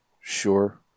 Sure